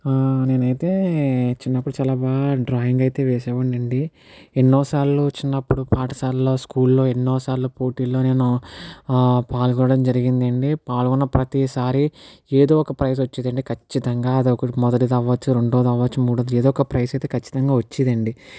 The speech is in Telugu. నేనైతే చిన్నప్పుడు చాలా బాగా డ్రాయింగ్ అయితే వేసేవాడినండి ఎన్నోసార్లు చిన్నప్పుడు పాఠశాలలో స్కూల్లో ఎన్నోసార్లు పోటీల్లో నేను పాల్గొనడం జరిగిందండి పాల్గొన్న ప్రతిసారి ఏదో ఒక ప్రైజ్ వచ్చేదండి ఖచ్చితంగా అది మొదటిది అవ్వచ్చు రెండవది అవ్వచ్చు మూడవది అవ్వచ్చు ఏదో ఒక ప్రైజ్ ఖచ్చితంగా వచ్చేదండి